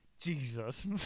Jesus